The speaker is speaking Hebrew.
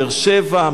באר-שבע,